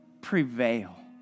prevail